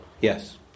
yes